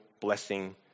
blessing